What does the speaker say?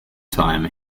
time